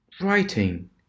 writing